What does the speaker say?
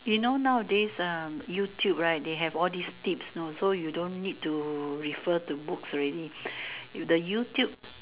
you know nowadays uh YouTube right they have all this tips you know so you don't need to refer to books already you the YouTube